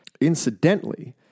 Incidentally